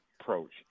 approach